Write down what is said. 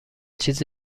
چیز